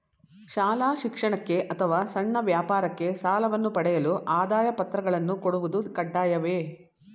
ಶಾಲಾ ಶಿಕ್ಷಣಕ್ಕೆ ಅಥವಾ ಸಣ್ಣ ವ್ಯಾಪಾರಕ್ಕೆ ಸಾಲವನ್ನು ಪಡೆಯಲು ಆದಾಯ ಪತ್ರಗಳನ್ನು ಕೊಡುವುದು ಕಡ್ಡಾಯವೇ?